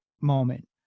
moment